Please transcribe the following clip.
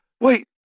Wait